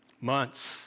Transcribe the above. months